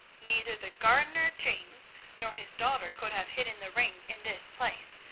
neither the gardener james nor his daughter could have hidden the ring in this place,